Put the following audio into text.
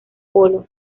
polo